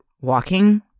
walking